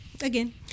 again